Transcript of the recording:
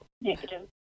negative